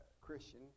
Christian